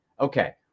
Okay